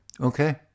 Okay